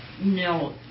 No